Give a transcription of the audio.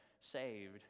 saved